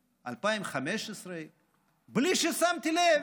2015. בלי ששמתי לב,